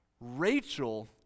Rachel